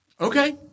okay